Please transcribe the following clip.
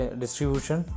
distribution